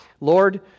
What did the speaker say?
Lord